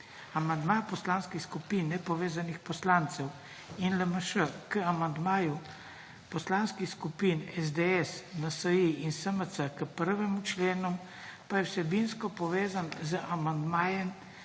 Amandma poslanskih skupin nepovezanih poslancev in LMŠ k amandmaju poslanskih skupin SDS, NSi in SMC k 1. členu pa je vsebinsko povezan z amandmajem